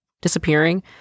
disappearing